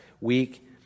week